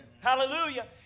Hallelujah